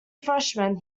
freshman